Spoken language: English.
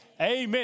Amen